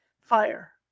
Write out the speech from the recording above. Fire